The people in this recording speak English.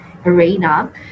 Arena